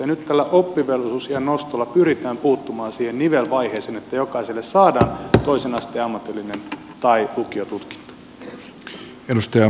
ja nyt tällä oppivelvollisuusiän nostolla pyritään puuttumaan siihen nivelvaiheeseen jotta jokaiselle saadaan toisen asteen ammatillinen tai lukiotutkinto